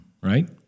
right